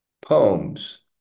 poems